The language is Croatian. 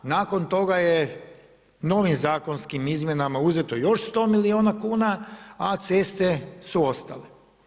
Nakon toga je novim zakonskim izmjenama uzeto još 100 milijuna kuna, a ceste su ostale.